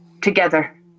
together